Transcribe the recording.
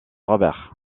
roberts